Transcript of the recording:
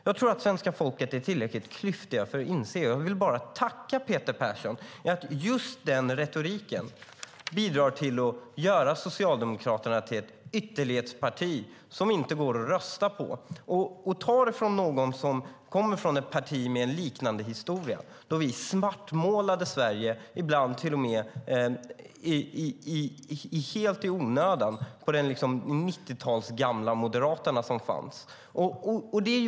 Jag tror att svenska folket är tillräckligt klyftigt för att inse det. Jag vill tacka Peter Persson. Just den här retoriken bidrar till att göra Socialdemokraterna till ett ytterlighetsparti som inte går att rösta på. Ta det från någon som kommer från ett parti med en liknande historia. De gamla 90-talsmoderaterna svartmålade Sverige, ibland till och med helt i onödan.